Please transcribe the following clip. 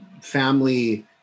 family